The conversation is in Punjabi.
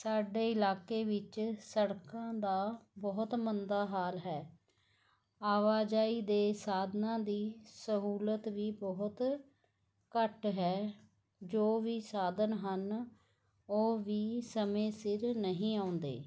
ਸਾਡੇ ਇਲਾਕੇ ਵਿੱਚ ਸੜਕਾਂ ਦਾ ਬਹੁਤ ਮੰਦਾ ਹਾਲ ਹੈ ਆਵਾਜਾਈ ਦੇ ਸਾਧਨਾਂ ਦੀ ਸਹੂਲਤ ਵੀ ਬਹੁਤ ਘੱਟ ਹੈ ਜੋ ਵੀ ਸਾਧਨ ਹਨ ਉਹ ਵੀ ਸਮੇਂ ਸਿਰ ਨਹੀਂ ਆਉਂਦੇ